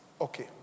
Okay